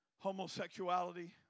homosexuality